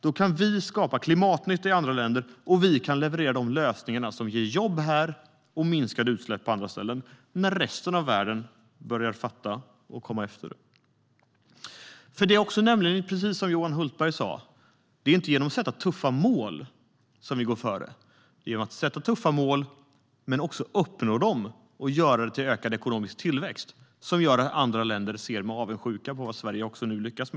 Då kan vi skapa klimatnytta i andra länder och leverera de lösningar som ger jobb här och minskade utsläpp på andra ställen när resten av världen börjar fatta och följa efter oss. Precis som Johan Hultberg sa är det inte genom att sätta tuffa mål som vi går före. Men det är genom att vi uppnår de tuffa målen och gör dem till ökad ekonomisk tillväxt som andra länder ser med avundsjuka på vad vi lyckas med i Sverige.